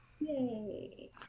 Yay